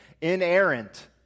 inerrant